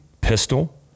pistol